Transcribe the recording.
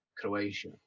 Croatia